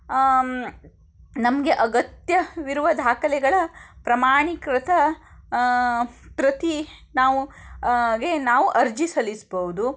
ನಮಗೆ ಅಗತ್ಯವಿರುವ ದಾಖಲೆಗಳ ಪ್ರಮಾಣೀಕೃತ ಪ್ರತಿ ನಾವು ಗೆ ಅರ್ಜಿ ಸಲ್ಲಿಸಬಹುದು